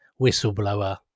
whistleblower